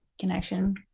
connection